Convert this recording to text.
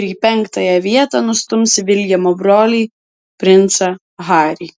ir į penktąją vietą nustums viljamo brolį princą harį